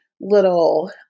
little